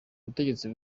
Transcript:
butegetsi